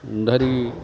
ଧରିକି